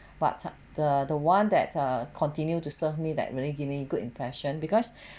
but the the one that err continue to serve me that really give me good impression because